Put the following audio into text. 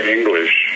English